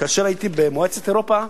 כאשר הייתי במועצת אירופה,